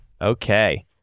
okay